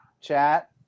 Chat